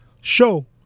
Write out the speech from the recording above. show